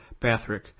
Bathrick